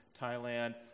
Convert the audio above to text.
Thailand